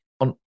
On